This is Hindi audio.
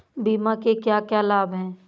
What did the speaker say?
बीमा के क्या क्या लाभ हैं?